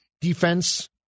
defense